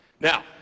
Now